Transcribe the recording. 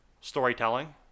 storytelling